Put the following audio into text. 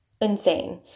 insane